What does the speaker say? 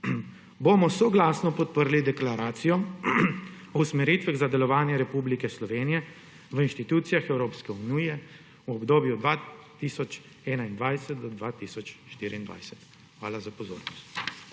bo soglasno podprla deklaracijo o usmeritvah za delovanje Republike Slovenije v institucijah Evropske unije v obdobju 2021–2024. Hvala za pozornost.